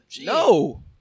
No